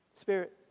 spirit